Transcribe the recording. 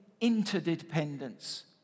interdependence